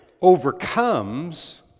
overcomes